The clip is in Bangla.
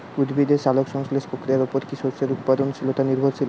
উদ্ভিদের সালোক সংশ্লেষ প্রক্রিয়ার উপর কী শস্যের উৎপাদনশীলতা নির্ভরশীল?